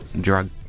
drug